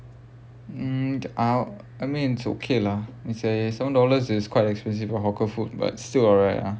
mm I I mean it's okay lah it's a seven dollars is quite expensive for hawker food but still alright ah